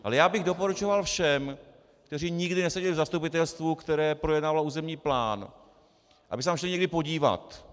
Ale já bych doporučoval všem, kteří nikdy neseděli v zastupitelstvu, které projednávalo územní plán, aby se tam šli někdy podívat.